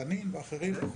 תנין ואחרים.